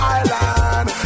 island